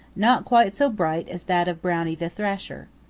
not quite so bright as that of brownie the thrasher.